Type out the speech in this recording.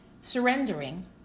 surrendering